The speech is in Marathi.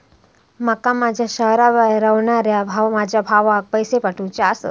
माका माझ्या शहराबाहेर रव्हनाऱ्या माझ्या भावाक पैसे पाठवुचे आसा